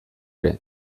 ere